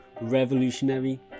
Revolutionary